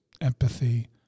empathy